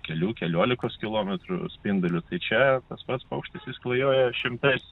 kelių keliolikos kilometrų spinduliu tai čia tas pats paukštis jis klajoja šimtais